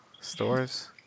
stores